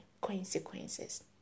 consequences